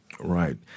Right